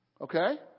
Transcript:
Okay